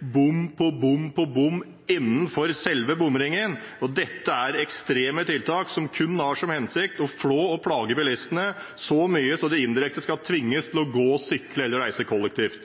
bom på bom på bom innenfor selve bomringen. Det er et ekstremt tiltak som kun har som hensikt å flå og plage bilistene så mye at de indirekte skal tvinges til å gå, sykle eller reise kollektivt.